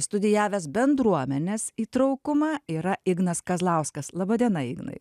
studijavęs bendruomenės įtraukumą yra ignas kazlauskas laba diena ignai